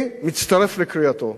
אני מצטרף לקריאתו.